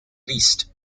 least